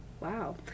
Wow